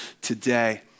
today